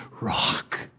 rock